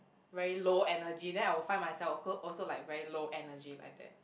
very low energy then I would find myself als~ also like very low energy like that